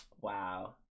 Wow